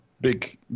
big